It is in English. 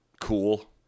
Cool